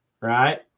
right